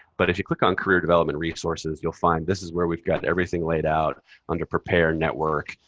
but if you click on career development resources, you'll find this is where we've got everything laid out under prepare, network,